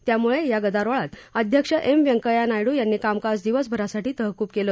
त्यामुळे या गदारोळात अध्यक्ष एम व्यंकय्या नायडू यांनी कामकाज दिवसभरासाठी तहकूब केलं